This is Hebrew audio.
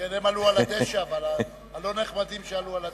הם עלו על הדשא, הלא נחמדים שעלו על הדשא.